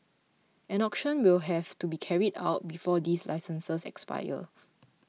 an auction will have to be carried out before these licenses expire